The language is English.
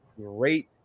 great